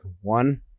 one